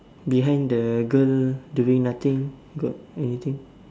behind the girl doing nothing got anything